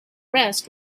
rest